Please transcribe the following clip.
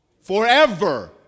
Forever